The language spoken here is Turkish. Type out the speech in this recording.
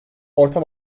orta